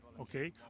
okay